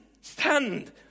Stand